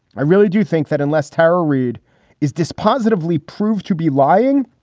i really do think that unless terror reid is dispositive, lee proved to be lying.